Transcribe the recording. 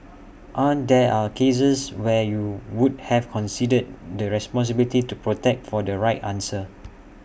aren't there cases where you would have considered the responsibility to protect for the right answer